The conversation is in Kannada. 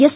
ಎಸ್